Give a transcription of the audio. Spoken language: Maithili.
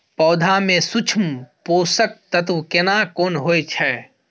पौधा में सूक्ष्म पोषक तत्व केना कोन होय छै?